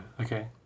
okay